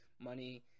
money